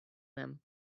them